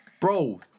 Bro